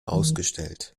ausgestellt